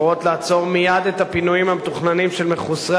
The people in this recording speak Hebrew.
קוראות לעצור מייד את הפינויים המתוכננים של מחוסרי